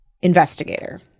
investigator